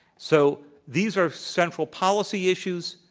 so, these are central policy issues.